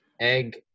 egg